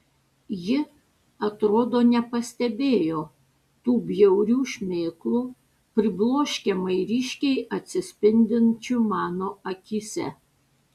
ji atrodo nepastebėjo tų bjaurių šmėklų pribloškiamai ryškiai atsispindinčių mano akyse